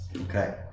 Okay